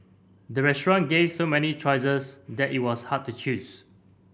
the restaurant gave so many choices that it was hard to choose